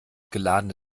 geladene